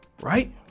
right